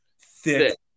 thick